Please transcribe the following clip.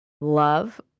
love